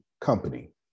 company